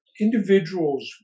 individuals